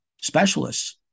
specialists